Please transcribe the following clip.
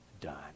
done